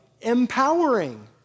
empowering